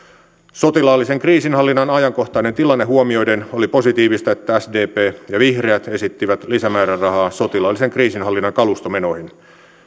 sotilaallisen kriisinhallinnan ajankohtainen tilanne huomioiden oli positiivista että sdp ja vihreät esittivät lisämäärärahaa sotilaallisen kriisinhallinnan kalustomenoihin